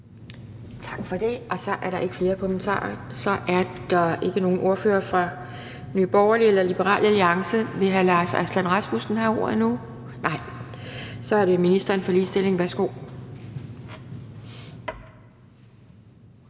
Tak for det. Der er ikke flere kommentarer. Og der er ikke nogen ordførere for Nye Borgerlige eller Liberal Alliance. Vil hr. Lars Aslan Rasmussen have ordet nu? Nej. Så er det ministeren for ligestilling. Værsgo.